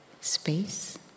Space